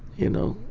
you know,